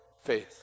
Faith